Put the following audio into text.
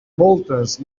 moltes